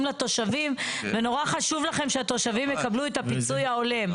לתושבים ונורא חשוב לכם שהתושבים יקבלו את הפיצוי ההולם.